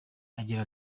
agira